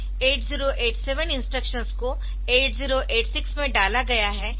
8087 instructions को 8086 में डाला गया है